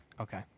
okay